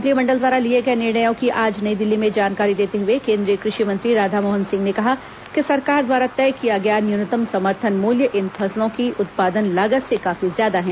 मंत्रिमंडल द्वारा लिए गए निर्णयों की आज नई दिल्ली में जानकारी देते हुए केंद्रीय कृषि मंत्री राधामोहन सिंह ने कहा कि सरकार द्वारा तय किया गया न्यूनतम समर्थन मूल्य इन फसलों की उत्पादन लागत से काफी ज्यादा है